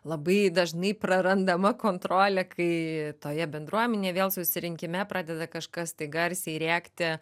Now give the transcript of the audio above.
labai dažnai prarandama kontrolė kai toje bendruomenėj vėl susirinkime pradeda kažkas tai garsiai rėkti